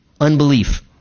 unbelief